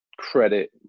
credit